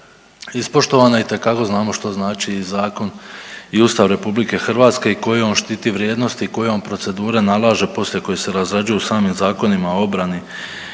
ispoštovana. Itekako znamo što znači i zakon i Ustav RH i koje on štiti vrijednosti i koje on procedure nalaže poslije koji se razrađuju u samim zakonima o obrani